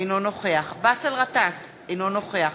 אינו נוכח באסל גטאס, אינו נוכח